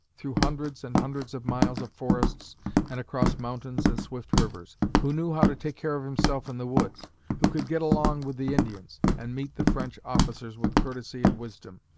through hundreds and hundreds of miles of forests and across mountains and swift rivers who knew how to take care of himself in the woods who could get along with the indians, and meet the french officers with courtesy and wisdom.